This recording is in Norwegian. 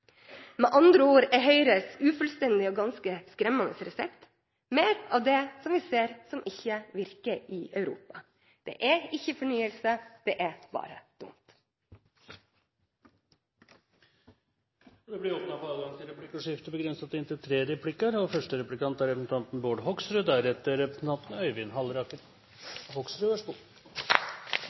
Med andre ord er Høyres ufullstendige og ganske skremmende resept: mer av det som vi ser ikke virker i Europa. Det er ikke fornyelse, det er bare dumt. Det blir replikkordskifte. Representanten Bjørnflaten sier at regjeringen oppfyller Nasjonal transportplan. Jeg står med budsjettdokumentet fra regjeringen her, og der er